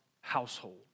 household